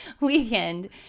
weekend